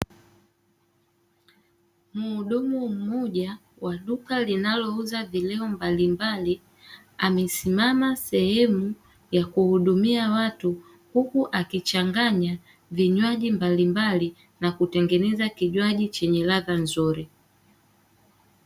Mhudumu mmoja wa duka linauza vileo mbalimbali amesimama sehemu ya kuhudumia watu, huku akichanganya vinywaji mbalimbali na kutengeneza kinywaji chenye ladha nzuri.